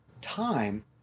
time